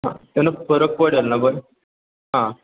हां त्यानं फरक पडेल ना पण हां